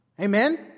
Amen